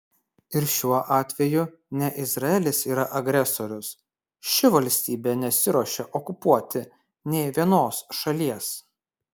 ir šiuo atveju ne izraelis yra agresorius ši valstybė nesiruošia okupuoti nė vienos šalies